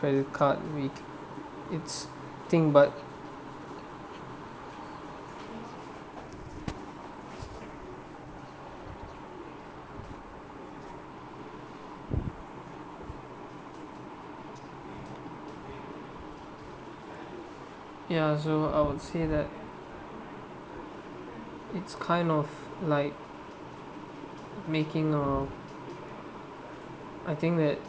credit card it's think but ya so I would say that it's kind of like making a I think that